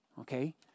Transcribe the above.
okay